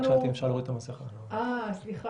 רק שאלתי אם אפשר להוריד את המסכה כשאני מדבר.